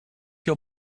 your